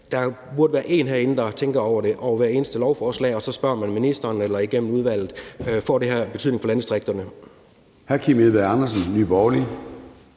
Der burde være en herinde, der tænker over det ved hver eneste lovforslag, og så spørger man ministeren eller igennem udvalget: Får det her betydning for landdistrikterne?